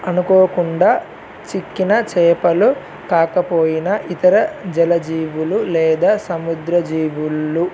అనుకోకుండా చిక్కిన చేపలు కాకపోయిన ఇతర జలజీవులు లేదా సముద్రజీవుళు